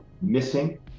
missing